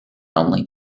only